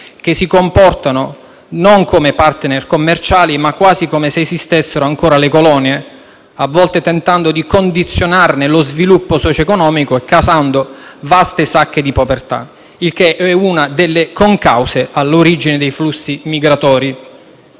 che si comportano non come *partner* commerciali ma quasi come se esistessero ancora le colonie, a volte tentando di condizionarne lo sviluppo socio-economico e causando vaste sacche di povertà; ciò è una delle concause all'origine dei flussi migratori.